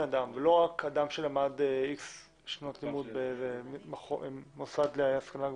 אדם ולא רק אדם שלמד איקס שנות לימוד במוסד להשכלה גבוהה.